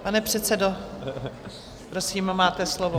Pane předsedo, prosím, máte slovo.